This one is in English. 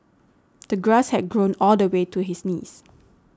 the grass had grown all the way to his knees